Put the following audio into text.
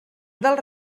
del